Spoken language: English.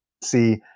see